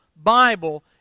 bible